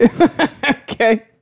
Okay